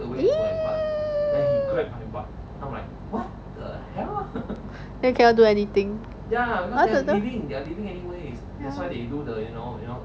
!ee! then you cannot do anything what the hell